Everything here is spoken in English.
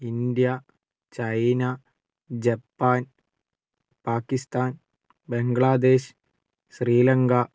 India China Japan Pakistan Bangladesh Sri Lanka